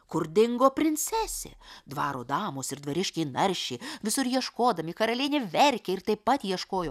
kur dingo princesė dvaro damos ir dvariškiai naršė visur ieškodami karalienė verkė ir taip pat ieškojo